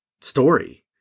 story